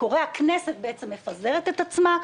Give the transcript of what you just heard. הכנסת בעצם מפזרת את עצמה.